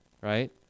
right